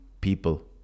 people